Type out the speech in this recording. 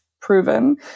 proven